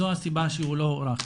זו הסיבה שהוא לא הוארך.